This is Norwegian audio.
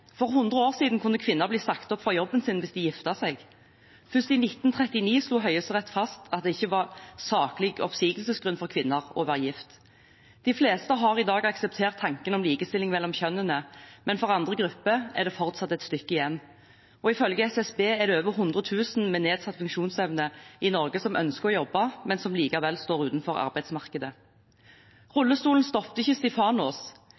For 100 år siden kunne kvinner bli sagt opp fra jobben sin hvis de giftet seg. Først i 1939 slo Høyesterett fast at det å være gift ikke var saklig oppsigelsesgrunn for kvinner. De fleste har i dag akseptert tanken om likestilling mellom kjønnene. Men for andre grupper er det fortsatt et stykke igjen. Ifølge SSB er det over 100 000 med nedsatt funksjonsevne i Norge som ønsker å jobbe, men som likevel står utenfor arbeidsmarkedet. Rullestolen stoppet ikke